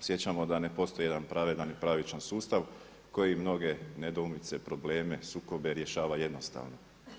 Osjećamo da ne postoji jedan pravedan i pravičan sustav koji mnoge nedoumice, probleme, sukobe rješava jednostavno.